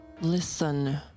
listen